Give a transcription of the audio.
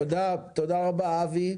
תודה רבה, אבי.